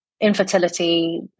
infertility